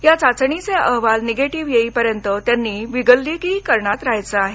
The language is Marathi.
ह्या चाचणीचे अहवाल निगेटिव्ह येईपर्यंत त्यांनी विलगीकरणात रहायचे आहे